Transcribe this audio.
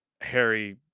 Harry